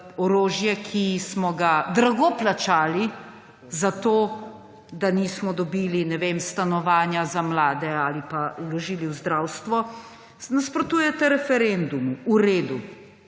orožje, ki smo ga drago plačali, zato da nismo dobili, ne vem, stanovanja za mlade ali pa vložili v zdravstvo, nasprotujete referendumu. V redu.